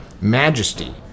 majesty